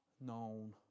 known